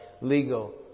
legal